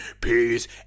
peace